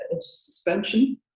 suspension